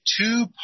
two